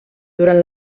durant